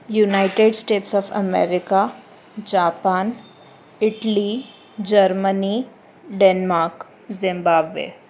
United States of America Japan Italy Germany Denmark Zimbabwe